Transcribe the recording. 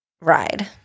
ride